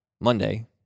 Monday